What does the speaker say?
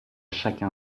chaque